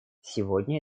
сегодня